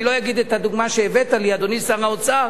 אני לא אגיד את הדוגמה שהבאת לי, אדוני שר האוצר: